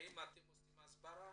האם אתם עושים הסברה